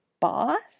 boss